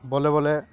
বলে বলে